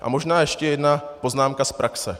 A možná ještě jedna poznámka z praxe.